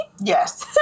Yes